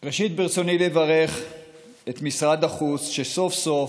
ראשית, ברצוני לברך את משרד החוץ, שסוף-סוף,